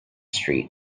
street